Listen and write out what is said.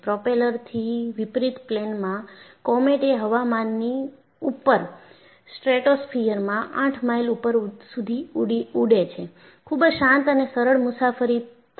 પ્રોપેલરથી વિપરીત પ્લેનમાં કોમેટ એ હવામાનની ઉપર સ્ટ્રેટોસ્ફીઅર માં 8 માઈલ ઉપર સુધી ઉડે છે ખુબ જ શાંત અને સરળ મુસાફરી થાય છે